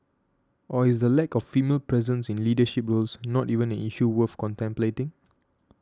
or is the lack of female presence in leadership roles not even an issue worth contemplating